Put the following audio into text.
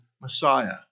Messiah